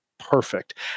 perfect